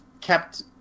kept